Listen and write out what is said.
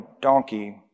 donkey